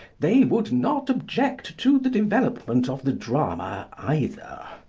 they would not object to the development of the drama either.